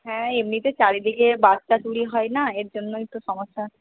হ্যাঁ এমনিতে চারিদিকে বাচ্চা চুরি হয় না এর জন্যই তো সমস্যা